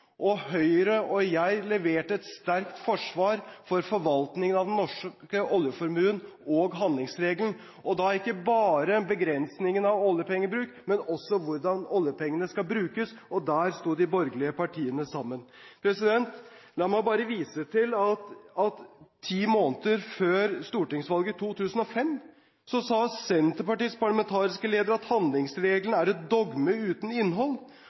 og Høyre og jeg leverte et sterkt forsvar for forvaltningen av den norske oljeformuen og handlingsregelen – og da ikke bare om begrensningen av oljepengebruk, men også om hvordan oljepengene skal brukes – og der sto de borgerlige partiene sammen. La meg bare vise til at ti måneder før stortingsvalget i 2005, sa Senterpartiets parlamentariske leder at handlingsregelen er et «dogme uten innhold»,